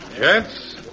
Yes